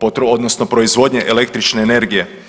potrošnje odnosno proizvodnje električne energije.